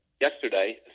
yesterday